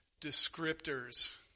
descriptors